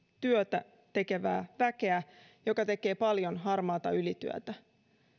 työtä tekevää väkeä joka tekee paljon harmaata ylityötä